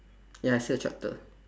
ya I see a tractor